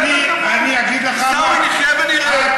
עיסאווי, נחיה ונראה.